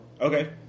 Okay